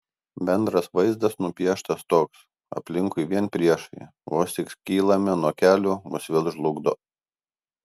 bendras vaizdas nupieštas toks aplinkui vien priešai vos tik kylame nuo kelių mus vėl žlugdo